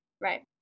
Right